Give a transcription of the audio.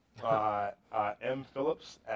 mphillips